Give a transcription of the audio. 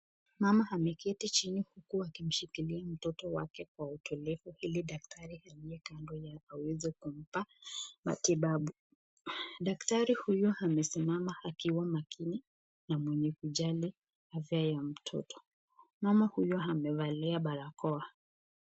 Mama ameketi chini huku akimshikilia mtoto wakwe kwa utukivu ili apate chanjo na matibabu.